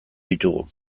ditugu